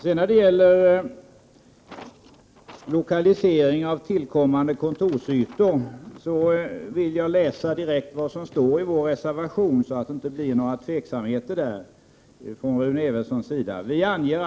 Beträffande frågan om lokalisering av tillkommande kontorsytor skall jag läsa upp vad som står i vår reservation, för att inte Rune Evensson skall tvivla på vad vi säger.